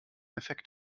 effekt